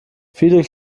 viele